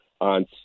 On